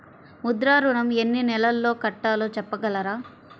ముద్ర ఋణం ఎన్ని నెలల్లో కట్టలో చెప్పగలరా?